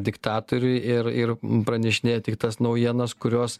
diktatoriui ir ir pranešinėja tik tas naujienas kurios